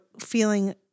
feeling